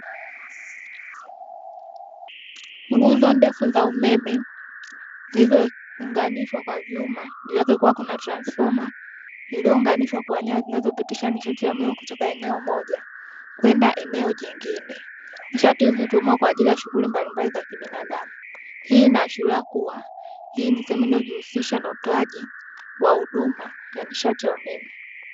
Nguzo ndefu za umeme, zilizo unganishwa kwa vyuma, juu yake kuna transfoma iliyounganishwa kwa nyaya zinazopitisha nishati ya umeme kutoka eneo moja kwenda eneo jingine. Nishati hii hutumiwa kwa ajili ya shughuli mbalimbali za kibinadamu. Hii ina ashiria kuwa hii ni sehemu inayo jiusisha utoaji wa huduma ya nishati ya umeme.